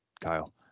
Kyle